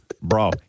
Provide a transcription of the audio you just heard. Bro